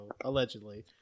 allegedly